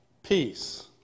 Peace